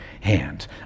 hand